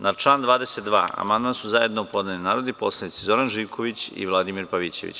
Na član 22. amandman su zajedno podneli narodni poslanici Zoran Živković i Vladimir Pavićević.